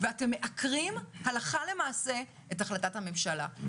ואתם מעקרים הלכה למעשה את החלטת הממשלה,